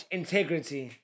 integrity